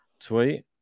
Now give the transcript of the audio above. tweet